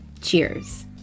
cheers